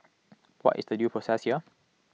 what is the due process here